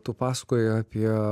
tu pasakojai apie